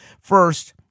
First